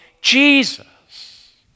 Jesus